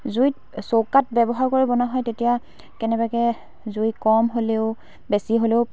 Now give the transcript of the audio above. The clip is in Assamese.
জুইত চৌকাত ব্যৱহাৰ কৰি বনোৱা হয় তেতিয়া কেনেবাকৈ জুই কম হ'লেও বেছি হ'লেও